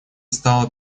стало